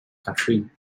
catherine